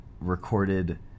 recorded